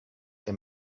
the